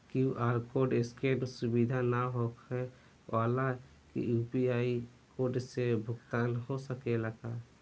QR code scan सुविधा ना होखे वाला के यू.पी.आई कोड से भुगतान हो सकेला का?